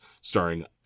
starring